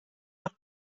auch